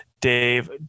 dave